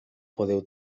podeu